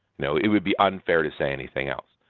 you know it would be unfair to say anything else.